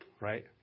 right